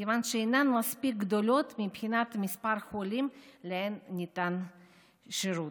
כיוון שהן אינן מספיק גדולות מבחינת מספר החולים שלהם ניתן השירות.